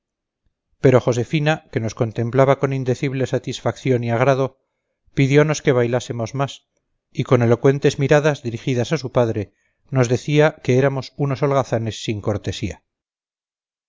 pero josefina que nos contemplaba con indecible satisfacción y agrado pidionos que bailásemos más y con elocuentes miradas dirigidas a su padre nos decía que éramos unos holgazanes sin cortesía